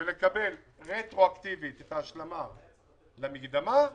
ולקבל רטרואקטיבית השלמה למקדמה.